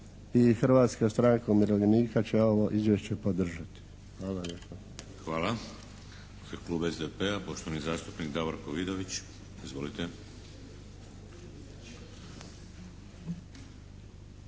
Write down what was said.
Hrvatska stranka umirovljenika će ovo Izvješće podržati. Hvala lijepa.